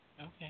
Okay